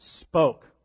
spoke